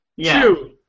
Two